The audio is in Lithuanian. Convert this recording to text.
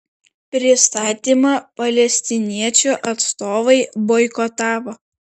pristatymą palestiniečių atstovai boikotavo